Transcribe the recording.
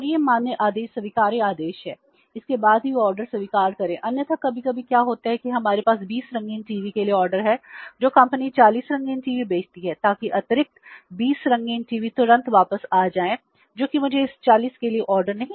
और यह मान्य आदेश स्वीकार्य आदेश है उसके बाद ही ऑर्डर नहीं